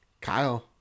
Kyle